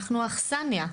אנחנו אכסנייה,